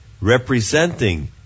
representing